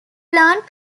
plant